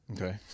Okay